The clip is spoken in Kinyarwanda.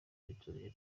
bituranye